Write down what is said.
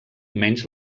menys